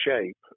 shape